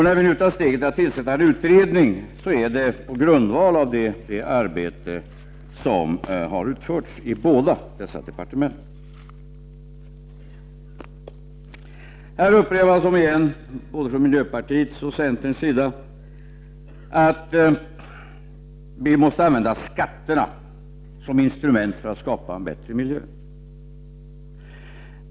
När vi nu tar det steget att vi tillsätter en utredning är det på grundval av det arbete som har utförts inom båda dessa departement. Återigen upprepas det från både miljöpartiets och centerpartiets sida att vi måste använda skatterna som instrument för att skapa en bättre miljö.